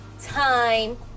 time